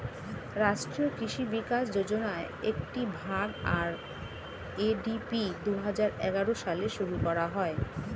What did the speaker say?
রাষ্ট্রীয় কৃষি বিকাশ যোজনার একটি ভাগ, আর.এ.ডি.পি দুহাজার এগারো সালে শুরু করা হয়